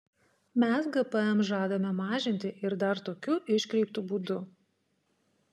mes gpm žadame mažinti ir dar tokiu iškreiptu būdu